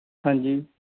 ਹਾਂਜੀ